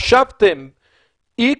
חשבתם X,